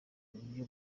uburyo